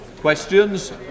questions